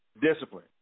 discipline